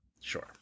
sure